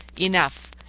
Enough